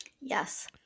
Yes